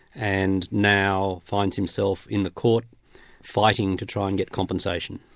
and now finds himself in the court fighting to try and get compensation.